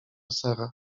sara